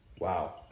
Wow